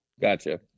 Gotcha